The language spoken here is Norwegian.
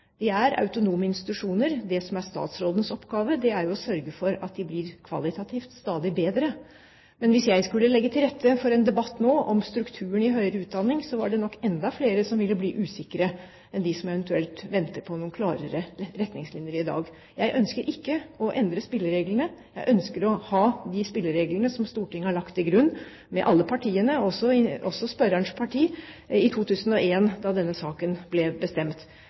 De er autonome institusjoner. Det som er statsrådens oppgave, er å sørge for at de kvalitativt blir stadig bedre. Hvis jeg nå skulle legge til rette for en debatt om strukturen i høyere utdanning, var det nok enda flere som ville bli usikre enn de som eventuelt venter på noen klarere retningslinjer i dag. Jeg ønsker ikke å endre spillereglene. Jeg ønsker å ha de spillereglene som Stortinget – alle partiene, også spørrerens parti – la til grunn i 2001 da denne saken ble bestemt.